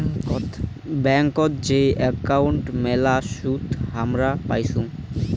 ব্যাংকোত যেই একাউন্ট মেলা সুদ হামরা পাইচুঙ